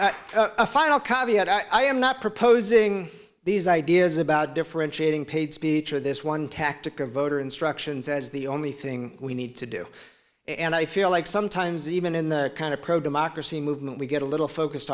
caveat i am not proposing these ideas about differentiating paid speech or this one tactic of voter instructions as the only thing we need to do and i feel like sometimes even in the kind of pro democracy movement we get a little focused